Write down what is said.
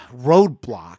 roadblock